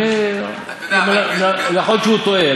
יכול להיות שהוא טועה,